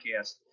podcast